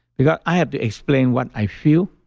i go, i have to explain what i feel.